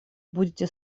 будете